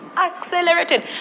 accelerated